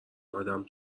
آدم